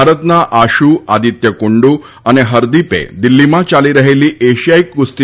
ભારતના આશુ આદિત્ય કુંડુ અને હરદિપે દિલ્હીમાં ચાલી રહેલી એશિયાઇ કુસ્તી